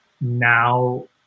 now